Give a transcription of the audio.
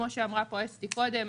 כמו שאמרה פה אסתי קודם,